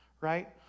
right